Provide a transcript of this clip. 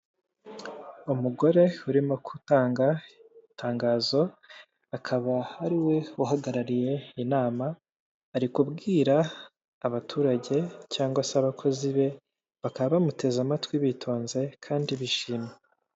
Umugore urimo gutanga itangazo akaba ari we uhagarariye inama, ari kubwira abaturage cyangwa se abakozi be; bakaba bamuteze amatwi bitonze kandi bishimye.